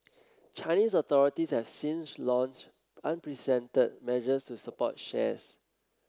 Chinese authorities have since launched measures to support shares